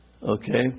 okay